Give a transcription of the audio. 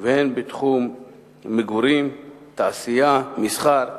והן בתחום המגורים, התעשייה, המסחר.